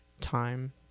time